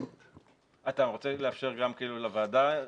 אתה רוצה לאפשר גם לוועדה?